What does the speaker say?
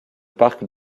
parc